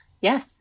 Yes